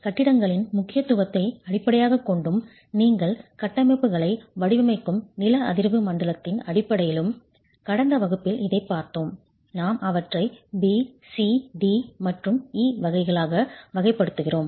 கட்டிடங்களின் முக்கியத்துவத்தை அடிப்படையாகக் கொண்டும் நீங்கள் கட்டமைப்புகளை வடிவமைக்கும் நில அதிர்வு மண்டலத்தின் அடிப்படையிலும் கடந்த வகுப்பில் இதைப் பார்த்தோம் நாம் அவற்றை B C D மற்றும் E வகைகளாக வகைப்படுத்துகிறோம்